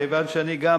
כיוון שאני גם